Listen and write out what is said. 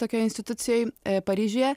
tokioj institucijoj paryžiuje